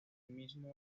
mismo